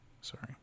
sorry